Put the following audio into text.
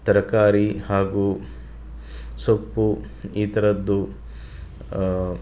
ತರಕಾರಿ ಹಾಗೂ ಸೊಪ್ಪು ಈ ಥರದ್ದು